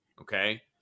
okay